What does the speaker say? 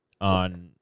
on